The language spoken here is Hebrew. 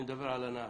אני מדבר על הנהג.